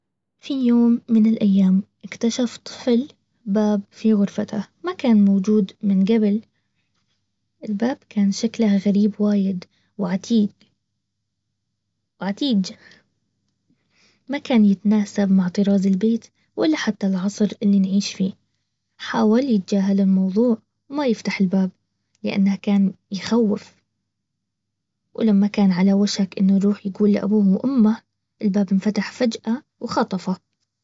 في يوم من الايام اكتشفت طفل باب في غرفته ما كان موجود من قبل الباب كان شكلها غريب وايد وعتيد -وعتيق ما كان يتناسب مع طراز البيت ولا حتى العصر اللي نعيش فيه. حاول يتجاهل على الموضوع ما يفتح الباب لانه كان يخوف ولما كان على وشك انه يروح يقول لابوهم وامه الباب انفتح فجأة وخطفه